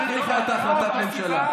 אתם לא רציתם.